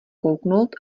kouknout